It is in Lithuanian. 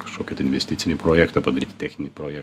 kažkokį tai investicinį projektą padaryti techninį projektą